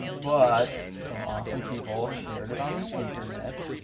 but, some awesome people shared it on the internet.